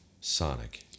sonic